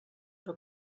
que